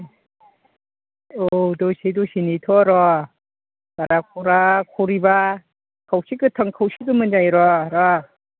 औ दसे दसे नेथ' र' बारा खरा खरिबा खावसे गोथां खावसे गोमोन जायो र' र'